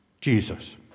Jesus